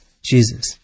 Jesus